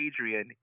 Adrian